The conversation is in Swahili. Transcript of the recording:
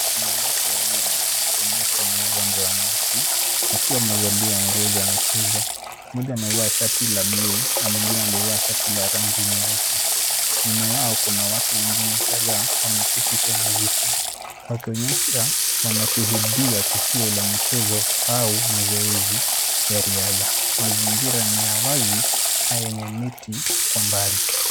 Wanawake wawili wakikimbia katika uwanja wa nyasi wakiwa wamevalia nguo za michezo. Mmoja amevaa shati la blue na mwingine amevaa shati ya rangi nyeusi. Nyuma yao kuna wengine kadhaa wameketi kwenye viti. Wakionyesha wanashuhudia tukio la michezo au mazoezi ya riadha. Mazingira ni ya wazi na yenye miti kwa mbali.